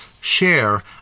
share